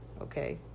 Okay